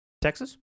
Texas